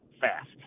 fast